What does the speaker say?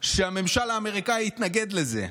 שהממשל האמריקני התנגד לזה.